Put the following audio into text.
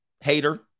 Hater